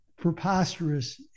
preposterous